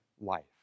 life